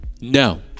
No